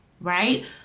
right